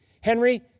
Henry